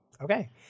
Okay